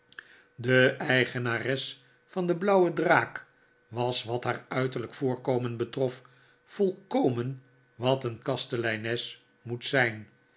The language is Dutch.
de eigenares van de blauwe draak was wat haar uiterlijke voorkomen betrof volkomen wat een kasteleines moet zijn